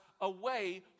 away